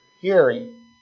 hearing